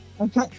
Okay